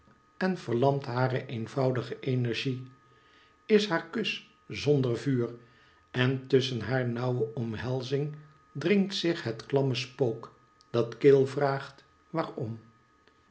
en verlamt hare eenvoudige energie is haar kus zonder vuur en tusschen haar nauwe omhelzing dringt zich het klamme spook dat kil vraagt waarom